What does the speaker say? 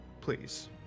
please